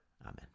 Amen